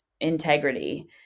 integrity